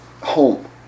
home